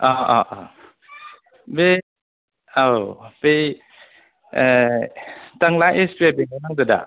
बे औ बै बिथांना एस बि आइ बेंकाव नांदों दा